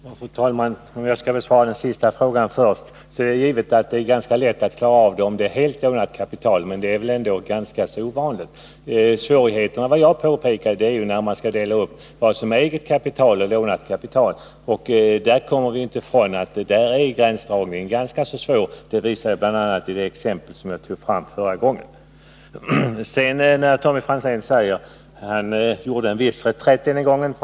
Fru talman! För att besvara den sista frågan först är det givet att det är ganska lätt att klara av de fall där man helt har lånat kapitalet. Men dessa fall är väl ändå ganska ovanliga. Svårigheterna uppkommer, såsom jag påpekade, när man skall skilja på vad som är eget kapital och upplånat kapital. Vi kommer där inte ifrån att gränsdragningen är ganska svår. Det visar bl.a. de exempel jag tidigare tog upp. Tommy Franzén gjorde en viss reträtt den här gången.